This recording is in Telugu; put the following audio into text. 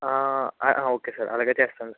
అ ఓకే సార్ అలాగే చేస్తాను సార్